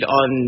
on